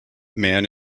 man